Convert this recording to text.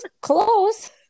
Close